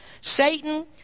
Satan